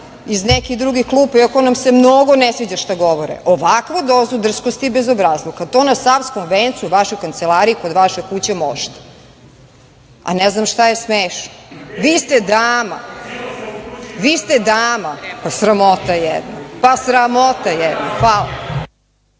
iz nekih drugih klupa iako nam se mnogo ne sviđa što govore, ovakvu dozu drskosti i bezobrazluka. To na Savskom vencu u vašoj kancelariji i kod vaše kuće možete, a ne znam šta je smešno. Vi ste dama, vi ste dama, pa sramota jedna. Hvala. **Marina